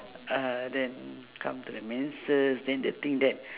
uh then come to the menses then the thing that